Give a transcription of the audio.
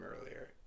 earlier